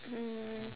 um